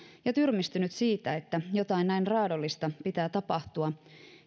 ja tyrmistynyt siitä että jotain näin raadollista pitää tapahtua